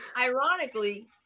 ironically